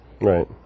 right